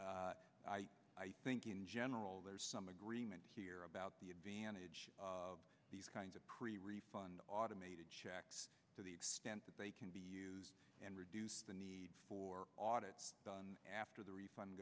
and i think in general there's some agreement here about the advantage of these kinds of pre refund automated checks to the extent that they can be used and reduce the need for audit done after the refund